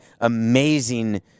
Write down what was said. amazing